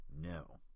No